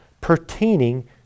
pertaining